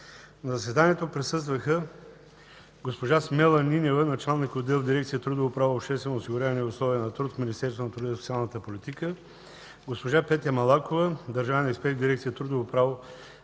На заседанието присъстваха: госпожа Смела Нинева – началник отдел в дирекция „Трудово право, обществено осигуряване и условия на труд” в Министерството на труда и социалната политика, госпожа Петя Малакова – държавен експерт в дирекция „Трудово право,